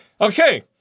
Okay